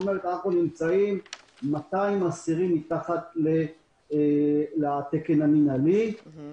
כלומר אנחנו מתחת לתקן המינהלי ב-200 אסירים.